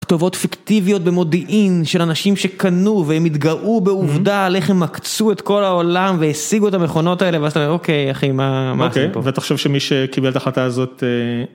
כתובות פיקטיביות במודיעין של אנשים שקנו והם התגאו בעובדה על איך הם עקצו את כל העולם והשיגו את המכונות האלה ואז אתה אומר "אוקיי אחי מה... מה עושים פה" "אוקיי, ותחשוב שמי שקיבל את החלטה הזאת-"